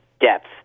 depth